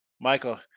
Michael